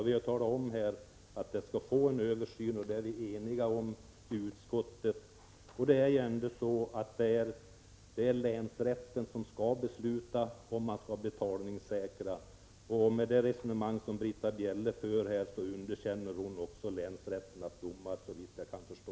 Vi är ju eniga om i utskottet att lagen skall bli föremål för en översyn. Jag vill tillägga att det är länsrätten som skall besluta om betalningssäkring. Med det resonemang som Britta Bjelle för här underkänner hon länsrätternas domar, såvitt jag kan förstå.